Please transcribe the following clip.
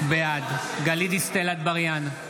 בעד גלית דיסטל אטבריאן,